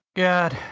gad!